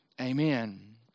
amen